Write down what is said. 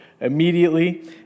immediately